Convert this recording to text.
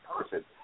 person